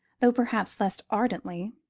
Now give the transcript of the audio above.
though perhaps less ardently,